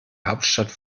hauptstadt